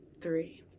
three